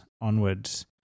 onwards